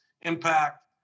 impact